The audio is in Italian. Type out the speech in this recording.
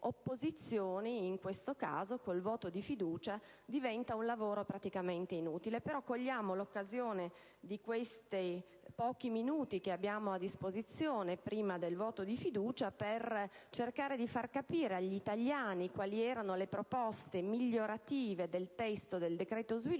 in questo caso con il voto fiducia il lavoro delle opposizioni diventa praticamente inutile; cogliamo tuttavia l'occasione di questi pochi minuti che abbiamo a disposizione prima del voto di fiducia per cercare di far capire agli italiani quali erano le proposte migliorative del testo del decreto sviluppo